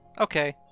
Okay